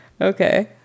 Okay